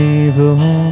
evil